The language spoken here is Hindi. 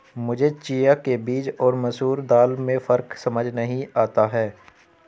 मुझे चिया के बीज और मसूर दाल में फ़र्क समझ नही आता है